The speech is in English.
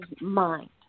mind